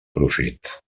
profit